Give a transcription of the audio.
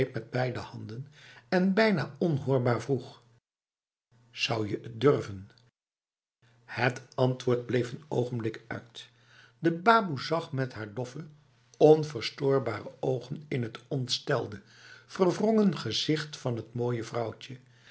met beide handen en bijna onhoorbaar vroeg zou je het durven het antwoord bleef n ogenblik uit de baboe zag met haar doffe onverstoorbare ogen in t ontstelde verwrongen gezicht van het mooie vrouwtje